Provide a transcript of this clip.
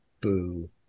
boo